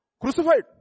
Crucified